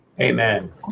Amen